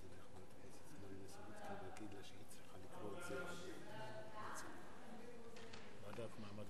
ההצעה להעביר את הנושא לוועדה לקידום מעמד